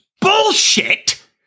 bullshit